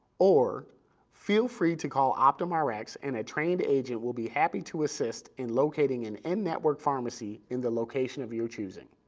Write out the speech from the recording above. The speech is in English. or feel free to call optumrx and a trained agent will be happy to assist in locating an in-network pharmacy in the location of your choosing.